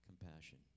Compassion